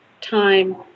time